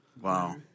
Wow